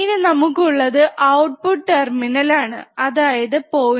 ഇനി നമുക്കുള്ളത് ഔട്ട്പുട്ട് ടെർമിനലാണ് അതായത് 0